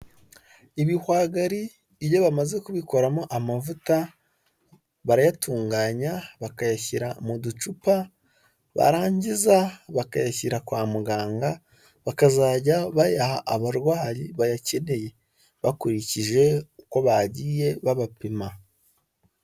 Ibihwagari iyo bamaze kubikoramo amavuta, barayatunganya, bakayashyira mu ducupa, barangiza bakayashyira kwa muganga, bakazajya bayaha abarwayi bayakeneye bakurikije uko bagiye babapima.